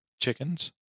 Chickens